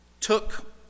took